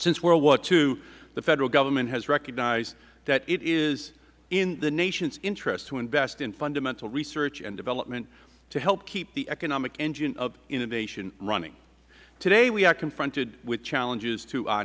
since world war ii the federal government has recognized that it is in the nation's interest to invest in fundamental research and development to help keep the economic engine of innovation running today we are confronted with challenges to